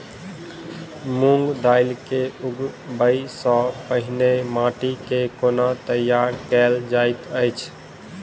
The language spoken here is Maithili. मूंग दालि केँ उगबाई सँ पहिने माटि केँ कोना तैयार कैल जाइत अछि?